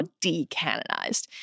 decanonized